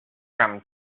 from